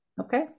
Okay